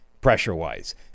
pressure-wise